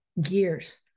gears